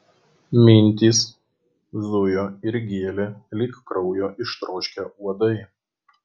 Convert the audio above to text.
mintys zujo ir gėlė lyg kraujo ištroškę uodai